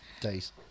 days